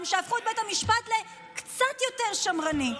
שהפכו את בית המשפט לקצת יותר שמרני,